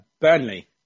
Burnley